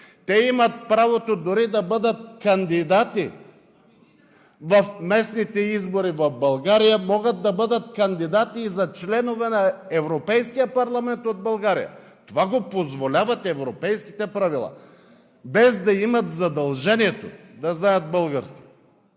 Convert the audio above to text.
те имат правото дори да бъдат кандидати в местните избори в България, могат да бъдат кандидати и за членове на Европейския парламент от България. Това го позволяват европейските правила, без да имат задължението да знаят български.